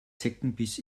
zeckenbiss